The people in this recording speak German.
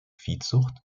viehzucht